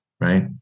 right